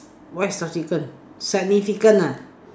what is subsequent significant ah